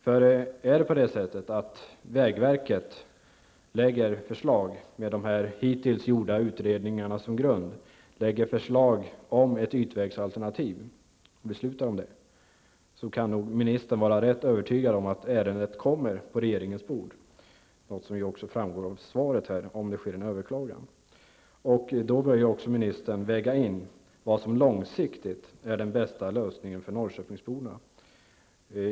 Ministern kan vara övertygad om, att om vägverket lägger ett förslag om ett ytvägsalternativ som bygger på hittills gjorda utredningar, kommer ärendet vid en överklagan att hamna på regeringens bord. Det är också något som framkom av svaret. Ministern bör också väga in vad som långsiktigt är den bästa lösningen för norrköpingsborna.